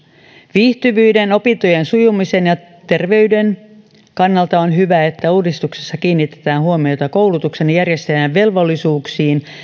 viihtyvyyden opintojen sujumisen ja terveyden kannalta on hyvä että uudistuksessa kiinnitetään huomiota koulutuksen järjestäjän velvollisuuksiin